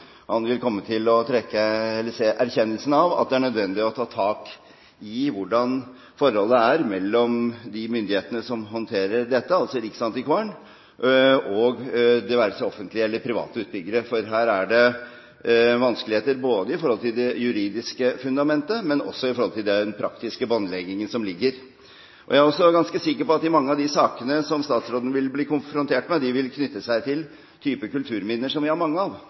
han vil komme til den erkjennelse at han er nødt til å ta tak i hvordan forholdet er mellom de myndighetene som håndterer dette, altså Riksantikvaren, og offentlige eller private utbyggere. For her er det vanskeligheter når det gjelder det juridiske fundamentet, men også når det gjelder den praktiske båndleggingen. Jeg er også ganske sikker på at mange av de sakene statsråden vil bli konfrontert med, er knyttet til typer kulturminner som vi har mange av: